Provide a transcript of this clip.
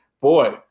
boy